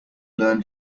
learn